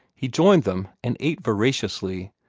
he joined them, and ate voraciously,